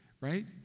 right